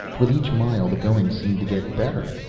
with each mile the going seemed to get better,